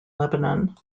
lebanon